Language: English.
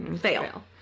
fail